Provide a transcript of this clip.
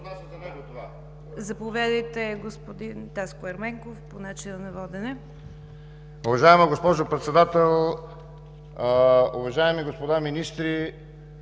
Заповядайте, господин Таско Ерменков, по начина на водене.